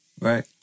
Right